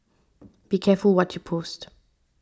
be careful what you post